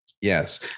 Yes